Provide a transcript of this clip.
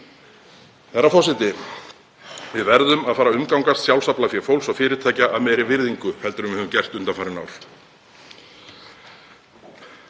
Herra forseti. Við verðum að fara að umgangast sjálfsaflafé fólks og fyrirtækja af meiri virðingu heldur en við höfum gert undanfarin ár.